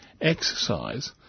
exercise